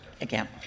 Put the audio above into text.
again